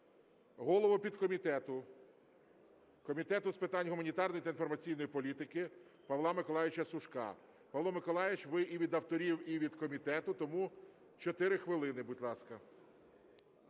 голову підкомітету Комітету з питань гуманітарної та інформаційної політики Павла Миколайовича Сушка. Павло Миколайович, ви і від авторів, і від комітету, тому 4 хвилини, будь ласка.